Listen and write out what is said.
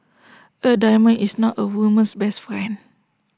A diamond is not A woman's best friend